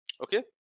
Okay